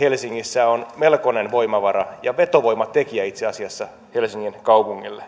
helsingissä on melkoinen voimavara ja itse asiassa vetovoimatekijä helsingin kaupungille